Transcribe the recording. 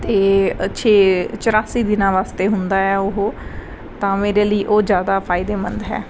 ਅਤੇ ਛੇ ਚੁਰਾਸੀ ਦਿਨਾਂ ਵਾਸਤੇ ਹੁੰਦਾ ਹੈ ਉਹ ਤਾਂ ਮੇਰੇ ਲਈ ਉਹ ਜ਼ਿਆਦਾ ਫਾਇਦੇਮੰਦ ਹੈ